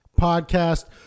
podcast